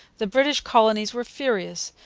the british colonies were furious,